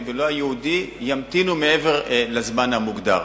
והיהודי ימתינו מעבר לזמן המוגדר.